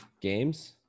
games